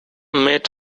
met